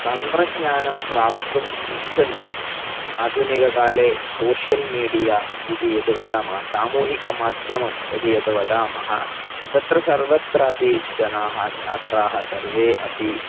तन्त्रज्ञानं प्राप्तुम् इच्छन्ति आधुनिककाले सोशियल् मीडिया इति यद् वदामः सामूहिकमाध्यमं यदि यद् वदामः तत्र सर्वत्रापि जनाः छात्राः सर्वे अपि